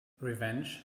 revenge